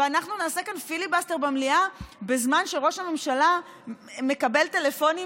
ואנחנו נעשה כאן פיליבסטר במליאה בזמן שראש הממשלה מקבל טלפונים,